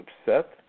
upset